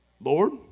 Lord